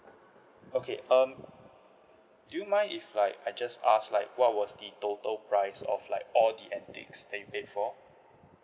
okay um do you mind if like I just ask like what was the total price of like all the antiques that you paid for